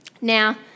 Now